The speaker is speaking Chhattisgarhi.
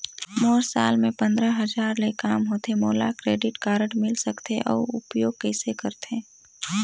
मोर साल मे पंद्रह हजार ले काम होथे मोला क्रेडिट कारड मिल सकथे? अउ उपयोग कइसे करथे?